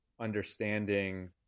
understanding